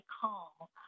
call